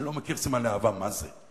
אני לא מכיר סימן לאהבה מה זה.